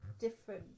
different